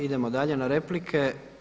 Idemo dalje na replike.